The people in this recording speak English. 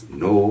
no